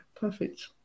perfect